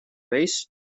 race